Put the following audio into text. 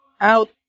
out